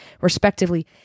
respectively